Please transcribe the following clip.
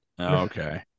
Okay